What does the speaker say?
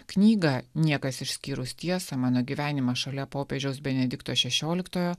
knyga niekas išskyrus tiesą mano gyvenimą šalia popiežiaus benedikto šešioliktojo